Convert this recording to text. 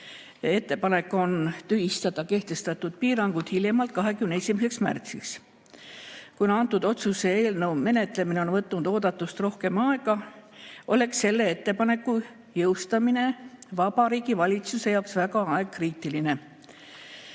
ettepanek on tühistada kehtestatud piirangud hiljemalt 21. märtsiks. Kuna antud otsuse eelnõu menetlemine on võtnud oodatust rohkem aega, oleks selle ettepaneku jõustamine Vabariigi Valitsuse jaoks väga aegkriitiline.